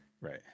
Right